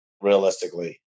realistically